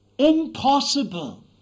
Impossible